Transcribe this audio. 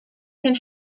can